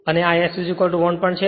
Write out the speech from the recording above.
અને આ S 1 પણ છે